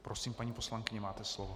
Prosím, paní poslankyně, máte slovo.